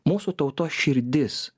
mūsų tautos širdis